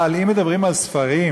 אבל אם מדברים על ספרים,